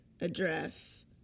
address